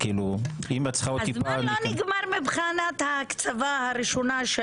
הזמן לא נגמר מבחינת ההקצבה הראשונה.